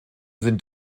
sind